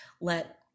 let